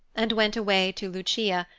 and went away to lucia,